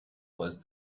was